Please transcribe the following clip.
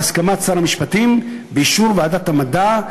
בהסכמת שר המשפטים ובאישור ועדת המדע,